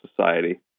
Society